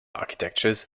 architectures